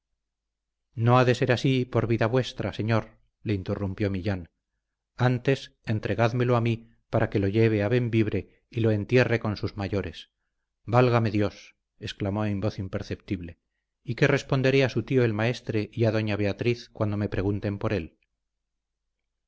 no ha de ser así por vida vuestra señor le interrumpió millán antes entregádmelo a mí para que lo lleve a bembibre y lo entierre con sus mayores válgame dios exclamó en voz imperceptible y qué responderé a su tío el maestre y a doña beatriz cuando me pregunten por él